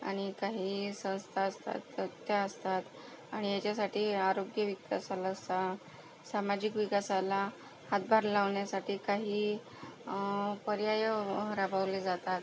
आणि काही संस्था असतात तर त्या असतात आणि याच्यासाठी आरोग्य विकासाला स सामाजिक विकासाला हातभार लावण्यासाठी काही पर्याय राबवले जातात